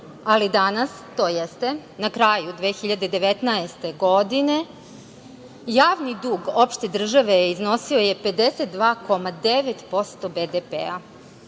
ali danas, tj. na kraju 2019. godine, javni dug opšte države je iznosio 52,9% BDP-a,